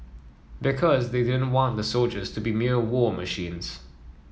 because they didn't want the soldiers to be mere war machines